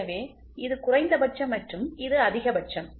எனவே இது குறைந்தபட்சம் மற்றும் இது அதிகபட்சம்